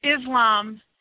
Islam